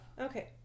okay